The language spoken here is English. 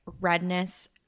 redness